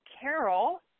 Carol